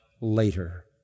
later